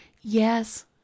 Yes